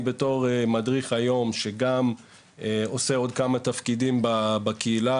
אני בתור מדריך היום שגם עושה עוד כמה תפקידים בקהילה,